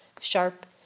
sharp